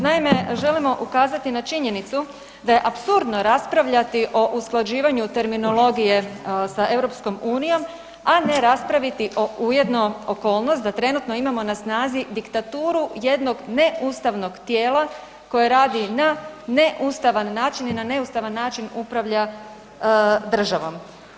Naime, želimo ukazati na činjenicu da je apsurdno raspravljati o usklađivanju terminologije sa Europskom unijom, a ne raspraviti ujedno okolnost da trenutno imamo na snazi diktaturu jednog neustavnog tijela koje radi na neustavan način i na neustavan način upravlja državom.